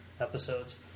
episodes